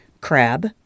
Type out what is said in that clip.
crab